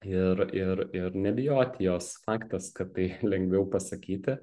ir ir ir nebijoti jos faktas kad tai lengviau pasakyti